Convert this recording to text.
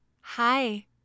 hi